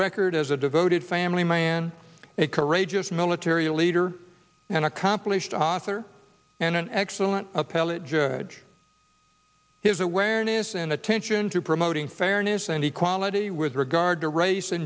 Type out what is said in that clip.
record as a devoted family man a courageous military leader an accomplished author and an excellent appellate judge his awareness and attention to promoting fairness and equality with regard to race